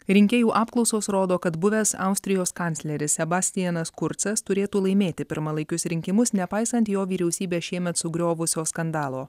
rinkėjų apklausos rodo kad buvęs austrijos kancleris sebastianas kurcas turėtų laimėti pirmalaikius rinkimus nepaisant jo vyriausybę šiemet sugriovusio skandalo